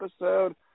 episode